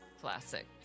classic